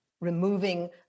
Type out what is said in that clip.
Removing